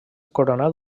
coronat